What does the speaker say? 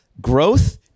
Growth